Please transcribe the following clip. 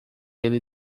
ele